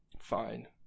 fine